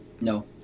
No